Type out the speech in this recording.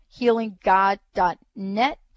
healinggod.net